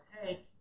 hey